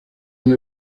una